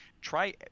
try